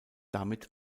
damit